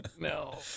no